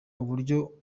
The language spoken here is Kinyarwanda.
uburyo